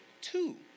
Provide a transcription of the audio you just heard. Two